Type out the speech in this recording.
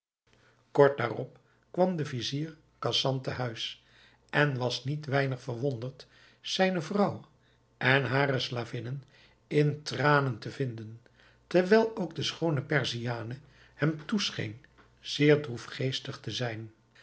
kort daarop kwam de vizier khasan te huis en was niet weinig verwonderd zijne vrouw en hare slavinnen in tranen te vinden terwijl ook de schoone perziane hem toescheen zeer droefgeestig te zijn